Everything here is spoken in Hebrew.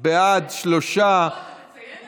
בעד, שלושה, חברת הכנסת